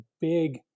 big